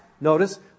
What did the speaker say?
notice